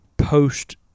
Post